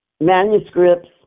manuscripts